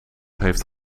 heeft